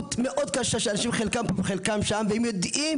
מציאות מאוד קשה שאנשים חלקם שם והם יודעים